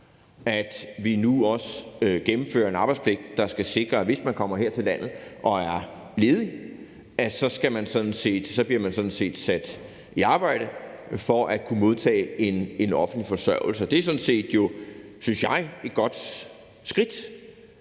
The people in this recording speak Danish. at vi nu gennemfører en arbejdspligt, der skal sikre, at hvis man kommer her til landet og er ledig, bliver man sat i arbejde for at kunne modtage en offentlig forsørgelse. Det er sådan set, synes jeg, et godt skridt,